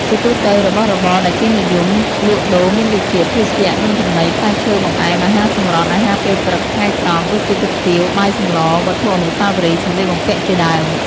ជាទូទៅ របស់របរដែលគេនិយមលក់ដូរមានដូចជា ភេសជ្ជៈ នំចំណី ផ្លែឈើ បង្អែម អាហារសម្រន់ អាហារពេលព្រឹក ថ្ងៃត្រង់ ដូចជាគុយទាវ បាយសម្ល វត្ថុអនុស្សាវរីយ៍ សំលៀកបំពាក់ជាដើម។